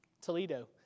Toledo